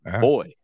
boy